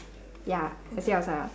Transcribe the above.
ya I see you outside ah